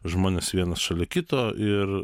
žmones vienus šalia kito ir